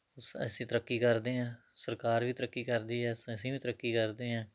ਅਸ ਅਸੀਂ ਤਰੱਕੀ ਕਰਦੇ ਹਾਂ ਸਰਕਾਰ ਵੀ ਤਰੱਕੀ ਕਰਦੀ ਹੈ ਅਸੀਂ ਵੀ ਤਰੱਕੀ ਕਰਦੇ ਹਾਂ